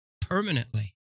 permanently